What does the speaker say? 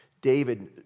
David